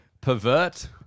pervert